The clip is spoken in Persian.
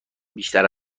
بیشتر